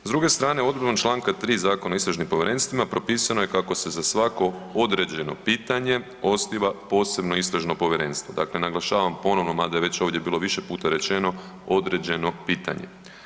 S druge strane odredbom Članka 3. Zakona o istražnim povjerenstvima propisano je kako se za svako određeno pitanje osniva posebno istražno povjerenstvo, dakle naglašavam ponovno mada je već ovdje bilo više puta rečeno određeno pitanje.